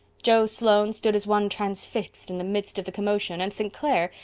joe sloane stood as one transfixed in the midst of the commotion and st. clair,